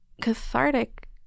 cathartic